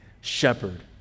shepherd